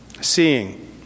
Seeing